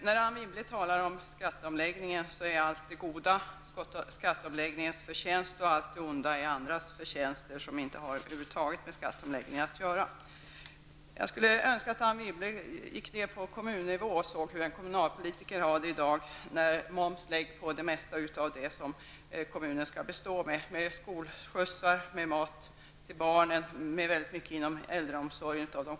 När Anne Wibble talar om skatteomläggningen är allt det goda skatteomläggningens förtjänst och allt det onda allt annats förtjänst, som över huvud taget inte har med skatteomläggningen att göra. Jag önskar att Anne Wibble går ner på kommunal nivå och ser hur en kommunalpolitiker har det i dag när moms läggs på det mesta av det som kommunen skall ombesörja, bl.a. skolskjutsar, skolmat och kostnader inom äldreomsorgen.